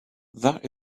that